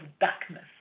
darkness